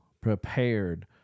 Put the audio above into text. prepared